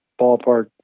ballpark